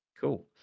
Cool